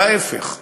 וההפך,